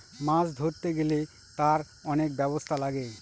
মাছ ধরতে গেলে তার অনেক ব্যবস্থা লাগে